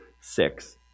six